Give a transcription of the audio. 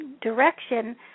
direction